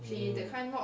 mm